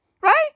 Right